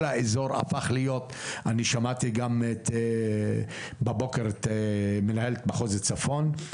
אני שמעתי בבוקר את מנהלת מחוז צפון.